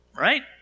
Right